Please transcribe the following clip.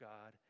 God